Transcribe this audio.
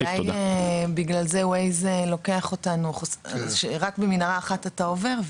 אולי בגלל זה Waze לוקח אותנו שרק במנהרה אחת אתה עובר,